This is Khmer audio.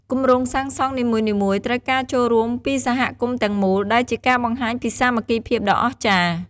គម្រោងសាងសង់នីមួយៗត្រូវការការចូលរួមពីសហគមន៍ទាំងមូល ដែលជាការបង្ហាញពីសាមគ្គីភាពដ៏អស្ចារ្យ។